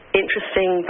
interesting